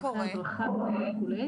צורכי הדרכה וכולי,